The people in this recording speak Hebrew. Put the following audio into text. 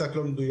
קצת לא מדויק